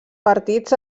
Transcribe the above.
partits